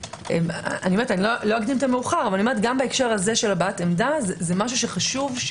גם בהקשר של הבעת עמדה זה חשוב,